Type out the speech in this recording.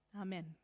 Amen